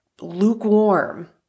Lukewarm